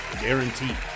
guaranteed